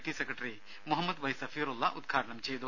T secretary Muhammad Y Safirulla ഉദ്ഘാടനം ചെയ്തു